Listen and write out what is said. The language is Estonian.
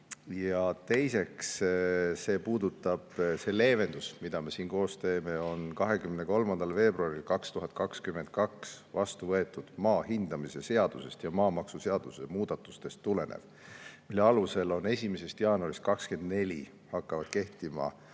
Teiseks, see leevendus, mida me siin koos teeme, tuleneb 23. veebruaril 2022 vastu võetud maa hindamise seaduse ja maamaksuseaduse muudatustest, mille alusel 1. jaanuarist 2024 hakkavad kehtima